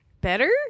better